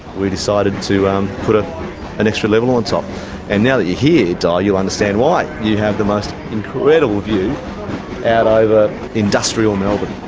we decided to um put ah an extra level on top and now that you're here, di, you'll understand why. you have the most incredible view out over industrial melbourne.